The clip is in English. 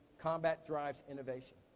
combat drives innovation.